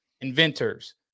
inventors